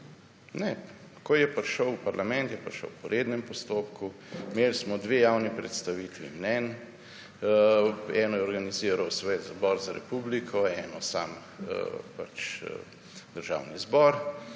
Ne, ko je prišel v parlament, je prišel po rednem postopku. Imeli smo dve javni predstavitvi mnenj, eno je organiziral Zbor za republiko, eno sam Državni zbor.